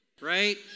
right